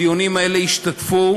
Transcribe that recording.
בדיונים האלה השתתפו,